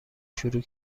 شروع